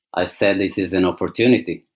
i said this is an opportunity.